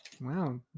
Wow